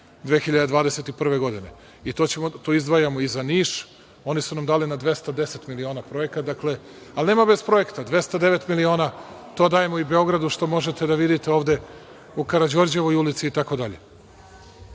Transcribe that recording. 2021. godine i to izdvajamo i za Niš. Oni su nam dali na 210 miliona projekat. Nema bez projekta. Dakle, 209 miliona, to dajemo i Beogradu, što možete da vidite u Karađorđevoj ulici